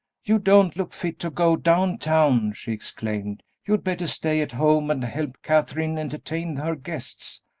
you don't look fit to go down town! she exclaimed you had better stay at home and help katherine entertain her guests.